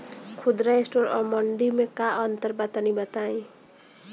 खुदरा स्टोर और मंडी में का अंतर बा तनी बताई?